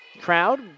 crowd